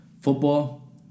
football